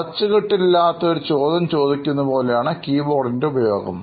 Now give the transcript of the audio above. വളച്ചുകെട്ടില്ലാതെ ഒരു ചോദ്യം ചോദിക്കുന്നത് പോലെയാണ് കീ ബോർഡിൻറെ ഉപയോഗം